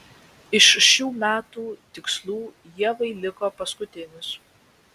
iš šių metų tikslų ievai liko paskutinis